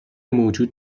موجود